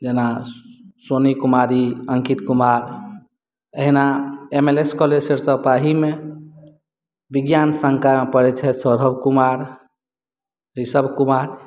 जेना सोनी कुमारी अंकित कुमार एहिना M L S college Sarisab पाहीमे विज्ञान संकायमे पढ़ै छथि सौरभ कुमार ऋसभ कुमार